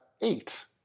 eight